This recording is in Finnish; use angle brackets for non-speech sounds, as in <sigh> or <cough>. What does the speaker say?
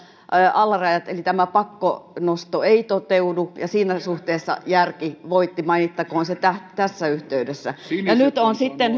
alarajan pakkonosto ei toteudu ja siinä suhteessa järki voitti mainittakoon se tässä yhteydessä niin no nyt on sitten <unintelligible>